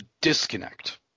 disconnect